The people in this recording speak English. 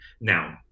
now